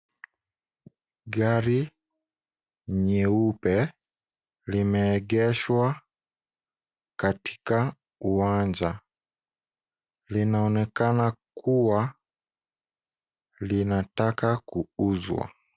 Gari nyeupe limeegeshwa katika uwanja. Linaonekana kuwa linataka kuuzwa.